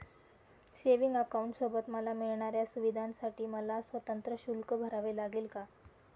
Savings अकाउंटसोबत मला मिळणाऱ्या सुविधांसाठी मला स्वतंत्र शुल्क भरावे लागेल का?